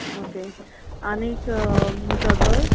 okay आनी दोधोल